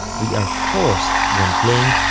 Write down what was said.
we are forced, when playing,